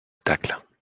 tacles